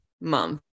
month